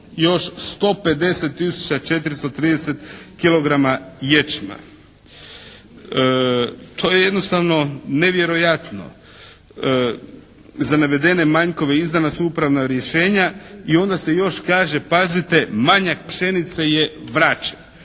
430 kilograma ječma. To je jednostavno nevjerojatno. Za navedene manjkove izdana su upravna rješenja i onda se još kaže pazite manjak pšenice je vraćen.